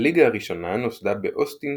הליגה הראשונה נוסדה באוסטין,